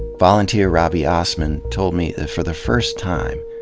volunteer robbie osman told me that for the first time,